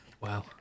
wow